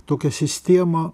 tokią sistemą